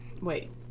Wait